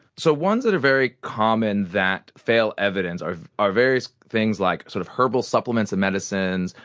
so, ones that are very common that fail evidence are are various things like sort of herbal supplements and medicines,